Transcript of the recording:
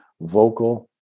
vocal